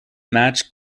match